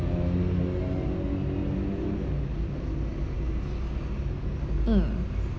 mm